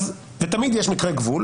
ותמיד יש מקרה גבול,